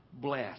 bless